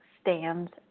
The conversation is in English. stands